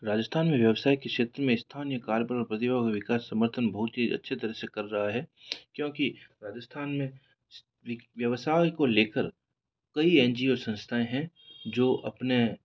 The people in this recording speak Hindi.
राजस्थान में व्यवसाय के क्षेत्र में स्थानीय कार्य प्रतिभा विकास समर्थन बहुत ही अच्छी तरह से कर रहा है क्योंकि राजस्थान में व्यवसाय को लेकर कई एन जी ओ संस्थाएँ हैं जो अपने